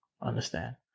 Understand